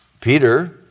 Peter